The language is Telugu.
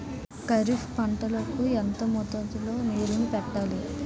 ఖరిఫ్ పంట కు ఎంత మోతాదులో నీళ్ళని పెట్టాలి?